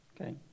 Okay